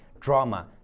drama